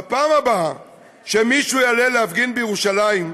"בפעם הבאה שמישהו יעלה להפגין בירושלים,